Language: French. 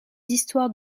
histoires